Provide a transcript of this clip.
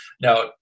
now